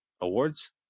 awards